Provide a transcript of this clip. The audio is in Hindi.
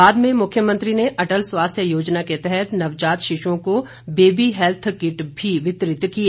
बाद में मुख्यमंत्री ने अटल स्वास्थ्य योजना के तहत नवजात शिशुओं को बेबी हैल्थ किट भी वितरित किए